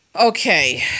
Okay